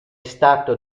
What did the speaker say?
stato